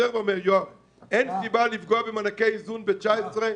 אין סיבה לפגוע במענקי האיזון ב-2019.